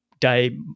day